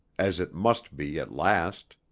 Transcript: as it must be at last.